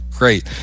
Great